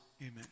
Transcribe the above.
Amen